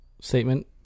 statement